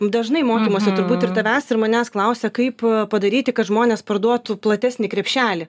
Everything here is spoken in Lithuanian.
dažnai mokymosi turbūt ir tavęs ir manęs klausia kaip padaryti kad žmonės parduotų platesnį krepšelį